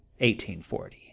1840